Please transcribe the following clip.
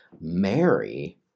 Mary